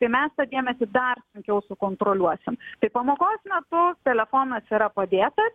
tai mes tą dėmesį dar sunkiau sukontroliuosim tai pamokos metu telefonas yra padėta